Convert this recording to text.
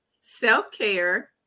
Self-care